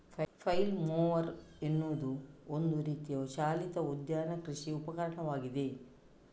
flail mower ಎನ್ನುವುದು ಒಂದು ರೀತಿಯ ಚಾಲಿತ ಉದ್ಯಾನ ಕೃಷಿ ಉಪಕರಣವಾಗಿದೆ